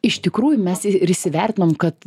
iš tikrųjų mes ir įsivertinom kad